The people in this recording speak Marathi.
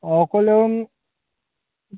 अकोल्याहून